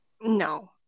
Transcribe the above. no